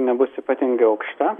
nebus ypatingai aukšta